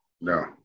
no